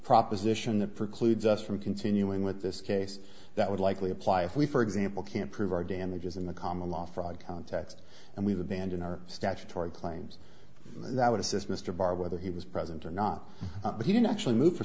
proposition that precludes us from continuing with this case that would likely apply if we for example can't prove our damages in the common law fraud context and we've abandoned our statutory claims that would assist mr barr whether he was present or not but he didn't actually move for